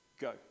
go